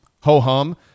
ho-hum